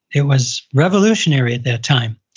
it was revolutionary at that time.